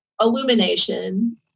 illumination